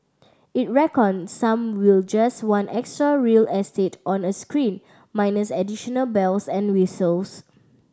it reckon some will just want extra real estate on a screen minus additional bells and whistles